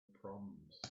proms